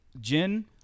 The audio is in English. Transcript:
gin